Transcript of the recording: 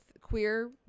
queer